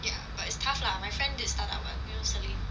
ya but it's tough lah my friend did start-up [what] you know selene